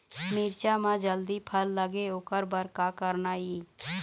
मिरचा म जल्दी फल लगे ओकर बर का करना ये?